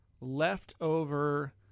leftover